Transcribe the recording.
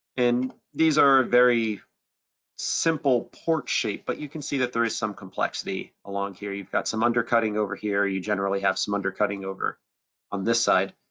and these are very simple port shape, but you can see that there is some complexity along here. you've got some undercutting over here. you generally have some undercutting over on this side.